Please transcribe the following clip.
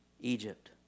Egypt